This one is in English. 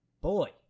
Boy